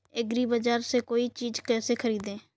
एग्रीबाजार से कोई चीज केसे खरीदें?